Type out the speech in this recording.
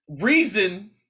reason